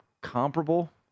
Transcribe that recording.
comparable